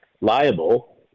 liable